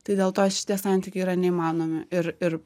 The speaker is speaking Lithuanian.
tai dėl to šitie santykiai yra neįmanomi ir ir